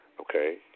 okay